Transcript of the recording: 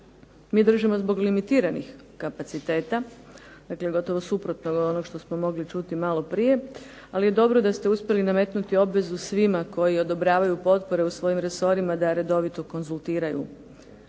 Mi držimo zbog limitiranih kapaciteta, dakle gotovo suprotno od onog što smo mogli čuti maloprije. Ali je dobro da ste uspjeli nametnuti obvezu svima koji odobravaju potpore u svojim resorima da redovito konzultiraju